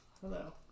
Hello